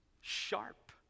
sharp